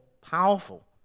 powerful